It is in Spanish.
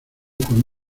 con